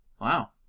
Wow